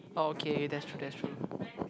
oh okay that's true that's true